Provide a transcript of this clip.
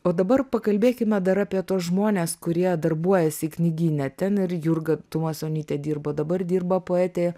o dabar pakalbėkime dar apie tuos žmones kurie darbuojasi knygyne ten ir jurga tumasonytė dirbo dabar dirba poetė